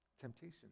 Temptation